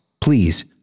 Please